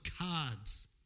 cards